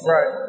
Right